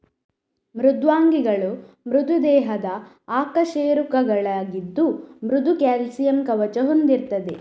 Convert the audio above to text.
ಮೃದ್ವಂಗಿಗಳು ಮೃದು ದೇಹದ ಅಕಶೇರುಕಗಳಾಗಿದ್ದು ಮೃದು ಕ್ಯಾಲ್ಸಿಯಂ ಕವಚ ಹೊಂದಿರ್ತದೆ